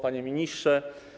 Panie Ministrze!